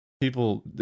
People